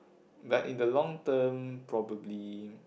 but in the long term probably